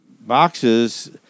boxes